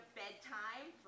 bedtime